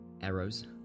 arrows